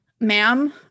Ma'am